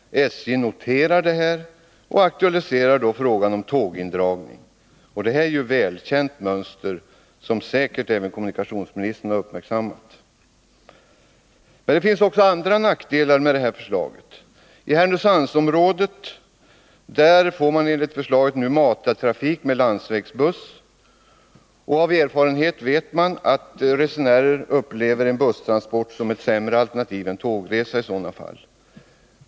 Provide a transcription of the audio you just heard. SJ noterar detta och aktualiserar frågan om tågindragning. Det är ett välkänt mönster, som säkerligen även kommunikationsministern har uppmärksammat. 17 Men förslaget har också andra nackdelar. Härnösandsområdet får enligt förslaget matartrafik med landsvägsbuss. Av erfarenhet vet man att resenärerna upplever en busstransport som ett sämre alternativ än tågresa i sådana fall.